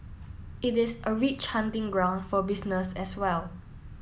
it is a rich hunting ground for business as well